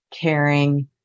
caring